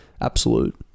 absolute